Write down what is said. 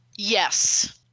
Yes